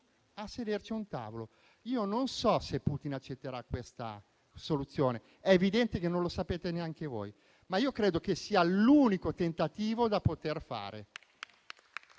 a sederci a un tavolo. Io non so se Putin accetterà questa soluzione. È evidente che non lo sapete neanche voi, ma io credo che sia l'unico tentativo da poter fare.